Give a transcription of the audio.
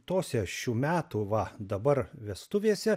tose šių metų va dabar vestuvėse